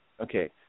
Okay